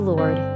Lord